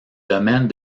domaine